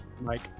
Mike